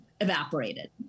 evaporated